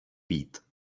být